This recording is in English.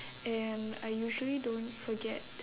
and I usually don't forget